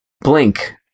blink